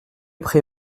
pré